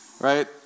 right